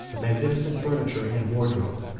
the magnificent furniture and wardrobe,